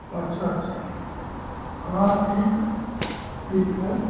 अच्छा अच्छा हाँ ठीक है ठीक है